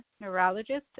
neurologist